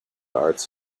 arts